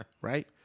Right